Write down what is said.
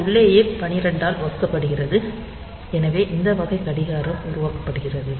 இது உள்ளேயே 12 ஆல் வகுக்கப்படுகிறது எனவே இந்த வகை கடிகாரம் உருவாக்கப்படுகிறது